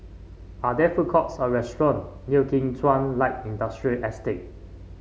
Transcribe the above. are there food courts or restaurant near Kim Chuan Light Industrial Estate